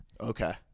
Okay